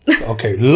okay